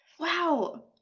wow